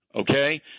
Okay